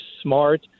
smart